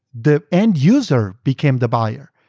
the end user became the buyer.